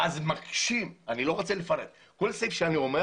כל סעיף שאני אומר